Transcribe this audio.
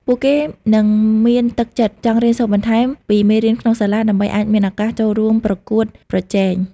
ពួកគេនឹងមានទឹកចិត្តចង់រៀនសូត្របន្ថែមពីមេរៀនក្នុងសាលា ដើម្បីអាចមានឱកាសចូលរួមប្រកួតប្រជែង។